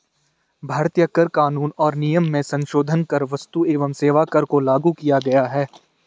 भारतीय कर कानून और नियम में संसोधन कर क्स्तु एवं सेवा कर को लागू किया गया है